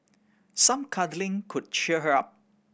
some cuddling could cheer her up